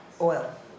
Oil